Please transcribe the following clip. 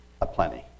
aplenty